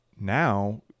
Now